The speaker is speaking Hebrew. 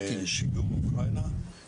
יענו לכם או ברוסית או באוקראינית או בעברית